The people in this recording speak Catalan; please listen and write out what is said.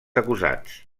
acusats